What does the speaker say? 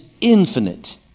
infinite